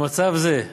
במצב זה,